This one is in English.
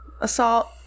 Assault